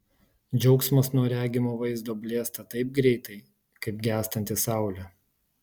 džiaugsmas nuo regimo vaizdo blėsta taip greitai kaip gęstanti saulė